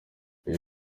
iyo